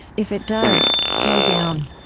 if it does, slow down.